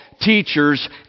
teachers